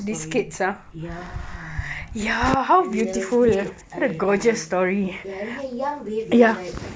ya I love it I I and they are young babe they are like